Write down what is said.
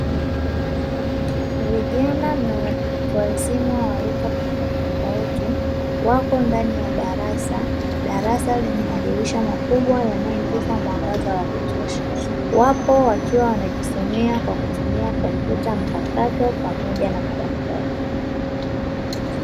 Vijana na watu wazima wa rika tofautitofauti wako ndani ya darasa, darasa lenye madirisha makubwa yanayoingiza mwangaza wa kutosha wapo wakiwa wanajisomea kwa kutumia kompyuta mpakato pamoja na madaftari.